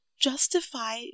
justify